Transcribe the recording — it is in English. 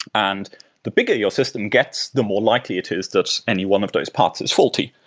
and the bigger your system gets, the more likely it is that any one of those parts is faulty.